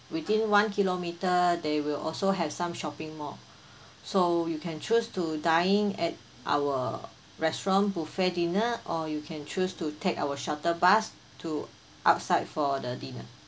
within one kilometre they will also have some shopping mall so you can choose to dine in at our restaurant buffet dinner or you can choose to take our shuttle bus to outside for the dinner